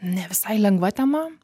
ne visai lengva tema